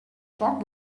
foc